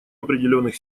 определенных